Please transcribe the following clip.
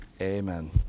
Amen